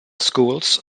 schools